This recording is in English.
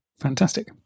Fantastic